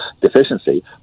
deficiency